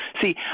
See